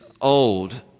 old